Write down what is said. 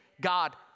God